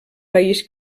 país